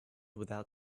without